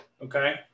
Okay